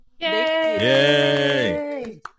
yay